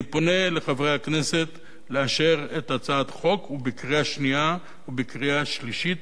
אני פונה לחברי הכנסת לאשר את הצעת החוק בקריאה שנייה ובקריאה שלישית,